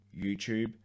YouTube